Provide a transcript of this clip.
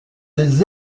des